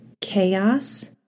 chaos